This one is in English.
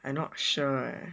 I not sure eh